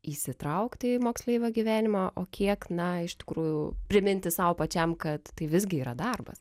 įsitraukti į moksleivio gyvenimą o kiek na iš tikrųjų priminti sau pačiam kad tai visgi yra darbas